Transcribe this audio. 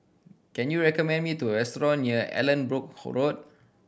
can you recommend me to a restaurant near Allanbrooke Road